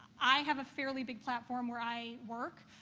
i have a fairly big platform where i work.